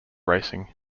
racing